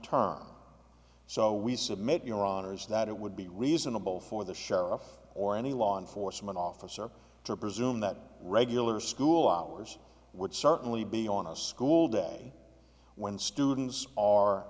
term so we submit your honour's that it would be reasonable for the sheriff or any law enforcement officer to presume that regular school hours would certainly be on a school day when students are